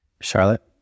Charlotte